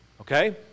Okay